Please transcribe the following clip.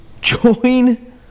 join